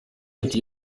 ati